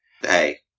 Hey